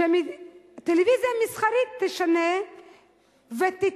ואמרו שהטלוויזיה המסחרית תשנה ותיתן